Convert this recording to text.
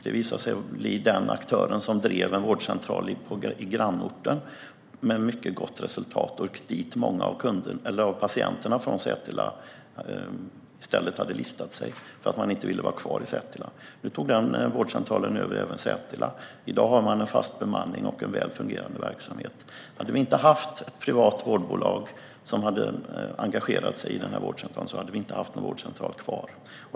Det visade sig bli den aktör som drev en vårdcentral i grannorten med mycket gott resultat. Det var där många av patienterna från Sätila hade listat sig för att de inte ville vara kvar i Sätila. Nu tog den vårdcentralen över även Sätila. I dag har man en fast bemanning och en väl fungerande verksamhet. Hade vi inte haft ett privat vårdbolag som hade engagerat sig i vårdcentralen så hade vi inte haft någon vårdcentral kvar.